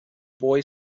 boy